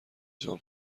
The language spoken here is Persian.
جان